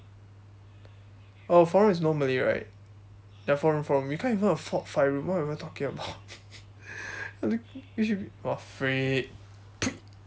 oh four room is no malay right ya four room four room we can't even afford five room what am I talking about I looking we should !wah! freak